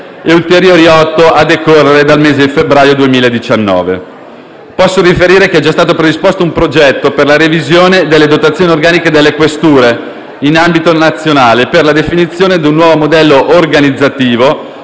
di ulteriori 8 a decorrere dal mese di febbraio 2019. Posso riferire che è già stato predisposto un progetto per la revisione delle dotazioni organiche delle questure in ambito nazionale e per la definizione di un nuovo modello organizzativo